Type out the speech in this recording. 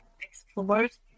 explorers